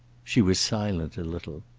she was silent a little.